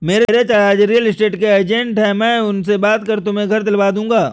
मेरे चाचाजी real estate के एजेंट है मैं उनसे बात कर तुम्हें घर दिलवा दूंगा